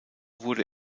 wurde